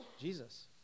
Jesus